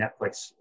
Netflix